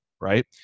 right